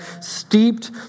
steeped